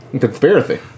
Conspiracy